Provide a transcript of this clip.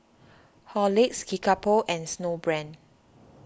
Horlicks Kickapoo and Snowbrand